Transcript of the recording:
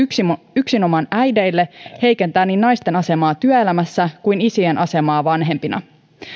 yksinomaan äideille heikentää niin naisten asemaa työelämässä kuin isien asemaa vanhempina